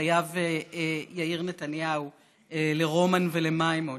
שחייב יאיר נתניהו לרומן ולמימון.